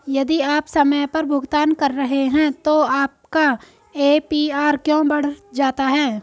यदि आप समय पर भुगतान कर रहे हैं तो आपका ए.पी.आर क्यों बढ़ जाता है?